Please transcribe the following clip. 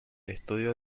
estudio